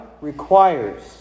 requires